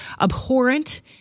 abhorrent